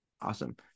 Awesome